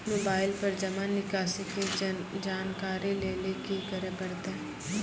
Mobile पर जमा निकासी के जानकरी लेली की करे परतै?